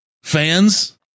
fans